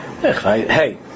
Hey